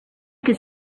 could